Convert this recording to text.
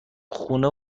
خونه